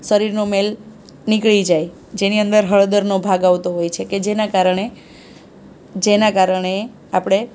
શરીરનો મેલ નીકળી જાય જેની અંદર હળદરનો ભાગ આવતો હોય છે કે જેનાં કારણે જેનાં કારણે આપણે